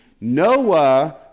Noah